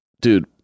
Dude